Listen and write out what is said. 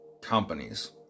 companies